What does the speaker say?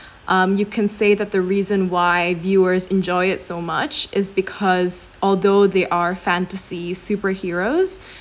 um you can say that the reason why viewers enjoy it so much is because although they are fantasies superheroes